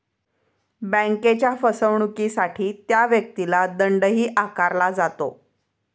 बँकेच्या फसवणुकीसाठी त्या व्यक्तीला दंडही आकारला जातो